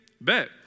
Bet